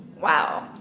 Wow